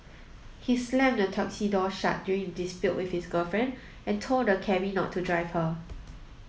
he slammed the taxi door shut during a dispute with his girlfriend and told the cabby not to drive her